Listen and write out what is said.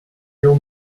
your